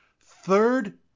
Third